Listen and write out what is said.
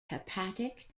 hepatic